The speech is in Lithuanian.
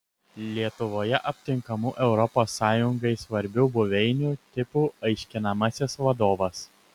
lietuvoje aptinkamų europos sąjungai svarbių buveinių tipų aiškinamasis vadovas